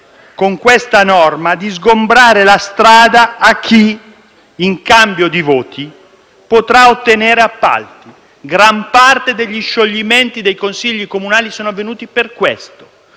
con la norma citata, di sgombrare la strada a chi, in cambio di voti, potrà ottenere appalti. Gran parte degli scioglimenti dei Consigli comunali sono avvenuti per questo,